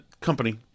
company